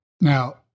Now